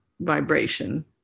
vibration